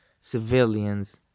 civilians